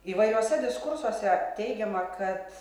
įvairiuose diskursuose teigiama kad